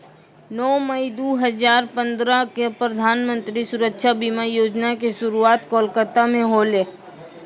नौ मई दू हजार पंद्रह क प्रधानमन्त्री सुरक्षा बीमा योजना के शुरुआत कोलकाता मे होलै